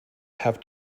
have